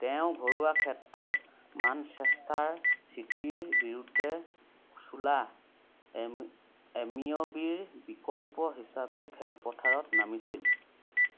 তেওঁ ঘৰুৱা ক্ষেত্ৰত মানচেষ্টাৰ চিটিৰ বিৰুদ্ধে শ্বোলা এমিয়'বিৰ বিকল্প হিচাপে খেলপথাৰত নামিছিল